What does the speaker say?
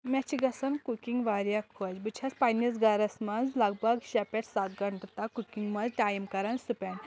مےٚ چھِ گژھَن کُکِنٛگ واریاہ خۄش بہٕ چھَس پَنٛنِس گَرَس منٛز لگ بگ شےٚ پؠٹھ سَتھ گنٛٹہٕ تام کُکِنٛگ منٛز ٹایِم کَران سٕپینٛڈ